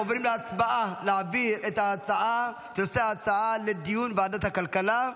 אנחנו עוברים להצבעה להעביר את נושא ההצעה לדיון בוועדת הכלכלה,